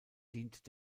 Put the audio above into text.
dient